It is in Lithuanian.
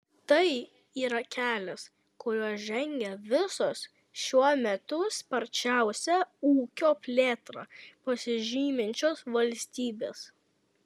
tai yra kelias kuriuo žengia visos šiuo metu sparčiausia ūkio plėtra pasižyminčios valstybės